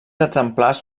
exemplars